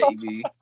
baby